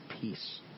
peace